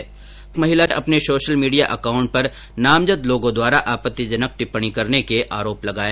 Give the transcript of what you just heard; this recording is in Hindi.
पीड़िता ने अपने सोशल मीडिया अकाउंट पर नामजद लोगों द्वारा आपत्तिजनक टिप्पणी करने के आरोप लगाए है